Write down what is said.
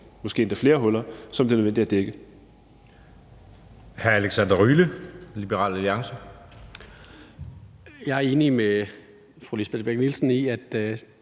måske endda flere huller, som det er nødvendigt at dække.